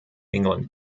england